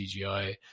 CGI